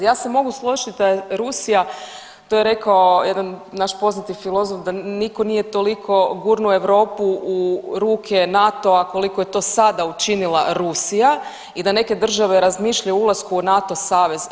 I ja se mogu složiti da je Rusija, to je rekao jedan naš poznati filozof, da nitko nije toliko gurnuo Europu u ruke NATO-a koliko je to sada učinila Rusija i da neke države razmišljaju o ulasku u NATO savez.